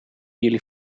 jullie